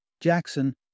Jackson